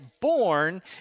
born